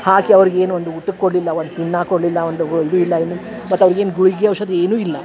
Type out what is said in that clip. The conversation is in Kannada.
ಹಾಕಿ ಅವರಿಗೇನು ಒಂದು ಊಟಕ್ಕೆ ಕೊಡಲಿಲ್ಲ ಒಂದು ತಿನ್ನಾಕೆ ಕೊಡಲಿಲ್ಲ ಒಂದು ವ ಇದು ಇಲ್ಲ ಏನು ಮತ್ತೆ ಅವ್ರಿಗೇನು ಗುಳಿಗಿ ಔಷಧಿ ಏನು ಇಲ್ಲ